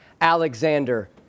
Alexander